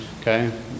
okay